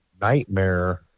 Nightmare